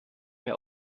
mehr